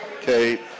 Kate